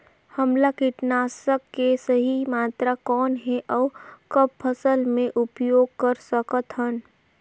हमला कीटनाशक के सही मात्रा कौन हे अउ कब फसल मे उपयोग कर सकत हन?